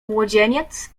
młodzieniec